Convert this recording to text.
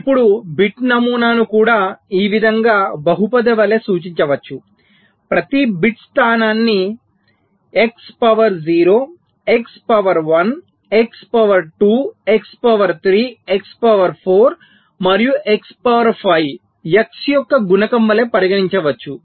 ఇప్పుడు బిట్ నమూనాను కూడా ఈ విధంగా బహుపది వలె సూచించవచ్చు ప్రతి బిట్ స్థానాన్ని x power 0 x power 1 x power 2 x power 3 x power 4 మరియు x పవర్ 5 x యొక్క గుణకం వలె పరిగణించవచ్చు